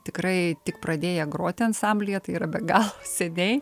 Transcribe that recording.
tikrai tik pradėję groti ansamblyje tai yra be galo seniai